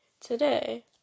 today